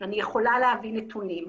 אני יכולה להביא את הנתונים,